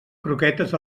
croquetes